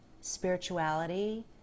spirituality